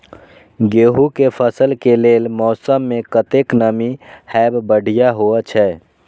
गेंहू के फसल के लेल मौसम में कतेक नमी हैब बढ़िया होए छै?